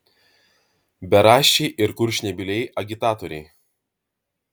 beraščiai ir kurčnebyliai agitatoriai